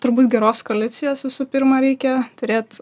turbūt geros koalicijos visų pirma reikia turėt